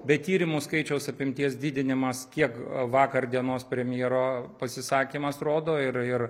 bet tyrimų skaičiaus apimties didinimas kiek vakar dienos premjero pasisakymas rodo ir ir